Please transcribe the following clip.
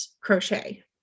crochet